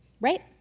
right